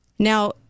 Now